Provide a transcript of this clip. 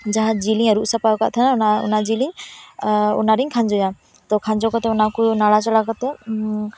ᱡᱟᱦᱟᱸ ᱡᱤᱞᱤᱧ ᱟᱹᱨᱩᱵ ᱥᱟᱯᱷᱟ ᱟᱠᱟᱫ ᱛᱟᱦᱮᱱᱟ ᱚᱱᱟ ᱚᱱᱟ ᱡᱤᱞᱤᱧ ᱚᱱᱟ ᱨᱤᱧ ᱠᱷᱟᱡᱚᱭᱟ ᱛᱚ ᱠᱷᱟᱡᱚ ᱠᱟᱛᱮᱜ ᱚᱱᱟ ᱠᱚ ᱱᱟᱲᱟ ᱪᱟᱲᱟ ᱠᱟᱛᱮᱜ